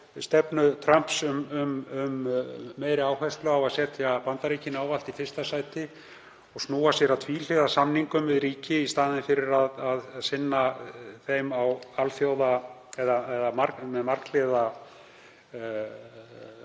stefnu Trumps og meiri áherslu hans á að setja Bandaríkin ávallt í fyrsta sæti og snúa sér að tvíhliða samningum við ríki, í staðinn fyrir að sinna þeim með marghliða